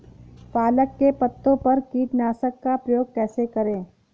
पालक के पत्तों पर कीटनाशक का प्रयोग कैसे करें?